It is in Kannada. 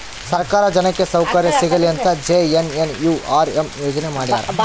ಸರ್ಕಾರ ಜನಕ್ಕೆ ಸೌಕರ್ಯ ಸಿಗಲಿ ಅಂತ ಜೆ.ಎನ್.ಎನ್.ಯು.ಆರ್.ಎಂ ಯೋಜನೆ ಮಾಡ್ಯಾರ